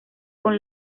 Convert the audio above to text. con